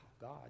God